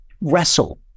wrestle